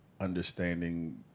understanding